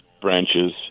branches